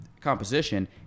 composition